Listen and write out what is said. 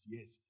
Yes